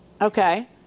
Okay